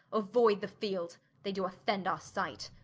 or voyde the field they do offend our sight.